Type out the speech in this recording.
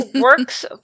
Works